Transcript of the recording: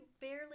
barely